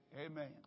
amen